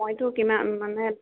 সময়টো কিমান মানে